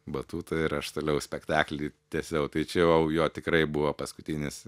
batutą ir aš toliau spektaklį tęsiau tai čia jau jo tikrai buvo paskutinis